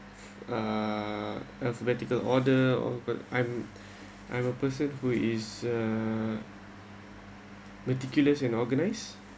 uh alphabetical order of uh I'm I'm a person who is a meticulous and organise